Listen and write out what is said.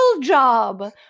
job